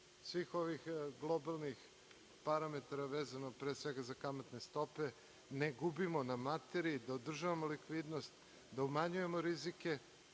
svih ovih globalnih parametara, vezano za kamatne stope ne gubimo na materiji, da održavamo likvidnost, da umanjujemo rizike